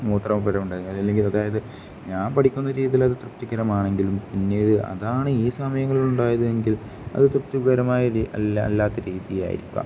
മൂത്രപുര ഉണ്ടായിരുന്നത് അല്ലെങ്കിൽ അതായത് ഞാൻ പഠിക്കുന്ന രീതിയിൽ അത് തൃപ്തികരമാണെങ്കിലും പിന്നീട് അതാണ് ഈ സമയങ്ങൾ ഉണ്ടായതെങ്കിൽ അത് തൃപ്തിപരമായ അല്ല അല്ലാത്ത രീതിയായിരിക്കാം